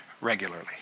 regularly